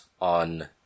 on